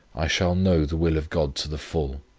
i shall know the will of god to the full.